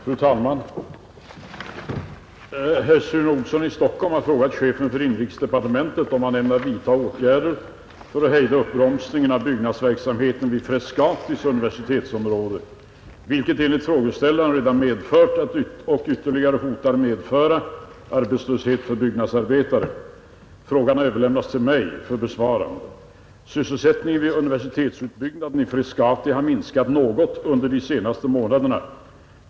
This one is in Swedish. Fru talman! Herr Sune Olsson i Stockholm har frågat chefen för inrikesdepartementet om han ämnar vidta någon åtgärd för att hejda uppbromsningen av byggnadsverksamheten vid Frescati universitetsområde, vilken enligt frågeställaren redan medfört och ytterligare hotar medföra arbetslöshet för byggnadsarbetare. Frågan har överlämnats till mig för besvarande. Sysselsättningen vid universitetsutbyggnaden i Frescati har minskat något under de senaste månaderna.